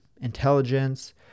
intelligence